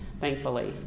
thankfully